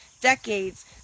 decades